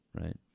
right